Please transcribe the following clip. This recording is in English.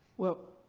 well,